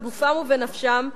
בגופם ובנפשם,